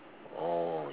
oh